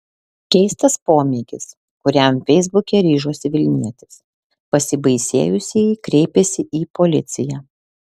keistas pomėgis kuriam feisbuke ryžosi vilnietis pasibaisėjusieji kreipėsi į policiją